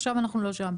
עכשיו אנחנו לא שם.